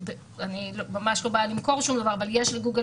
אני ממש לא באה למכור שום דבר אבל יש לגוגל